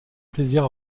plaisir